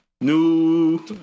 new